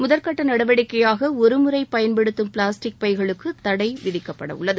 முதல்கட்ட நடவடிக்கைபாக ஒருமுறை பயன்படுத்தும் பிளாஸ்டிக் பைகளுக்கு தடை விதிக்கப்படவுள்ளது